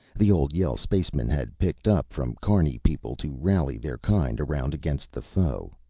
the old yell spacemen had picked up from carney people to rally their kind around against the foe.